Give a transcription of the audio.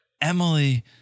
Emily